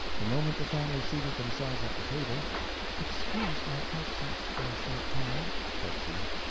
the moment the family seated themselves at the table excuse my absence for a short time, said she,